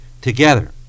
together